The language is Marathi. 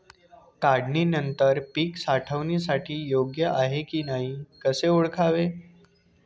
काढणी नंतर पीक साठवणीसाठी योग्य आहे की नाही कसे ओळखावे?